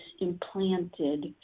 implanted